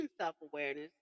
self-awareness